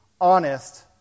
honest